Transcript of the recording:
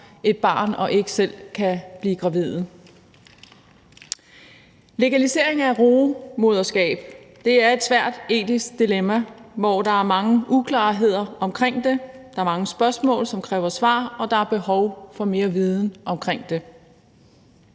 et barn og ikke selv kan blive gravide. Legalisering af rugemoderskab er et svært etisk dilemma, hvor der er mange uklarheder, der er mange spørgsmål, som kræver svar, og der er behov for mere viden omkring det.